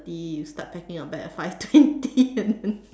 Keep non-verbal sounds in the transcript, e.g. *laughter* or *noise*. thirty you start packing your bag at five twenty *laughs* and then